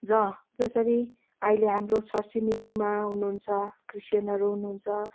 र जसरी आइले हाम्रो छर छिमेकीमा हुनुहुन्छ क्रिस्टियनहरू हुनुहुन्छ